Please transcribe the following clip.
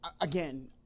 again